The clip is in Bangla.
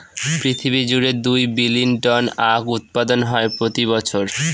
পৃথিবী জুড়ে দুই বিলীন টন আখ উৎপাদন হয় প্রতি বছর